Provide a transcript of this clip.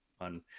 on